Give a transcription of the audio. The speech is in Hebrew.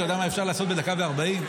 אתה יודע מה אפשר לעשות בדקה וארבעים?